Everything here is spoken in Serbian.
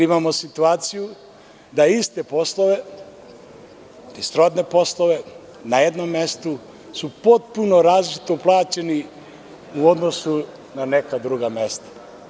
Imamo situaciju da su isti poslove i srodni poslove na jednom mestu potpuno različito plaćeni u odnosu na neka druga mesta.